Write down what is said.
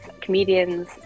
comedians